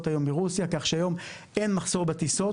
היום מרוסיה כך שהיום אין מחסור בטיסות.